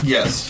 Yes